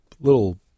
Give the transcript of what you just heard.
little